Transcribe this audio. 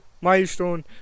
milestone